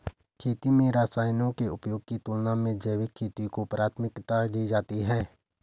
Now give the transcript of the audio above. खेती में रसायनों के उपयोग की तुलना में जैविक खेती को प्राथमिकता दी जाती है